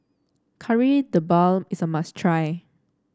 Kari Debal is a must try